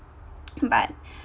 but